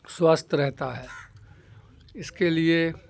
سوستھ رہتا ہے اس کے لیے